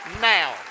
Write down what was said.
now